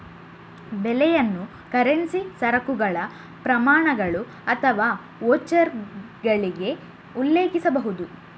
ಬೆಲೆಯನ್ನು ಕರೆನ್ಸಿ, ಸರಕುಗಳ ಪ್ರಮಾಣಗಳು ಅಥವಾ ವೋಚರ್ಗಳಿಗೆ ಉಲ್ಲೇಖಿಸಬಹುದು